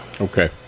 Okay